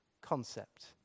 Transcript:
concept